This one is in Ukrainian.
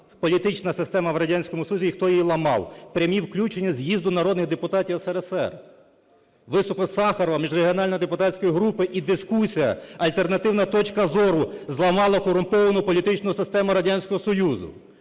політична система в Радянському Союзі, і хто її ламав, прямі включення з'їзду народних депутатів СРСР, виступи Сахарова, міжрегіональної депутатської групи і дискусія, альтернативна точка зору зламала корумповану політичну систему Радянського Союзу.